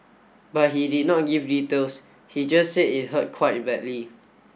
but he did not give details he just said it hurt quite badly